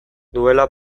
duela